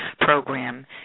program